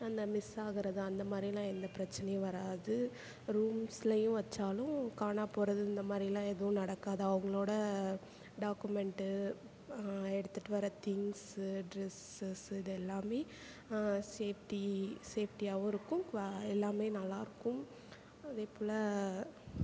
அந்த மிஸ் ஆகுறது அந்த மாதிரில்லாம் எந்த பிரச்சனையும் வராது ரூம்ஸ்லயும் வச்சாலும் காணாப்போகிறது இந்த மாதிரில்லாம் எதுவும் நடக்காது அவங்களோட டாக்குமெண்ட்டு எடுத்துட்டு வர்ற திங்க்ஸு ட்ரெஸஸ்ஸு இதெல்லாமே சேஃப்டி சேஃப்டியாவும் இருக்கும் குவா எல்லாமே நல்லாருக்கும் அதேப் போல்